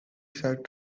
said